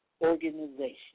organization